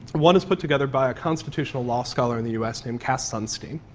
one is put together by a constitutional law scholar in the us named cass sunstein.